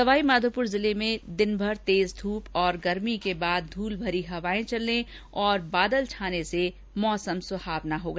सवाईमाधोपुर जिले में भी दिनभर तेज धूप और गर्मी के बाद धूलभरी हवाएं चलने और बादल छाने से मौसम सुहावना हो गया